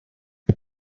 but